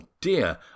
dear